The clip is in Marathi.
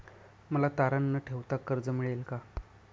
मला तारण न ठेवता कर्ज मिळेल का?